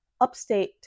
upstate